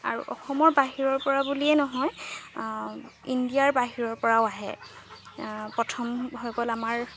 আৰু অসমৰ বাহিৰৰ পৰা বুলিয়েই নহয় ইণ্ডিয়াৰ বাহিৰৰ পৰাও আহে প্ৰথম হৈ গ'ল আমাৰ